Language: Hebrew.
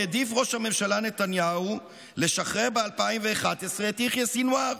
העדיף ראש הממשלה נתניהו לשחרר ב-2011 את יחיא סנוואר,